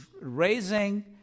raising